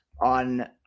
on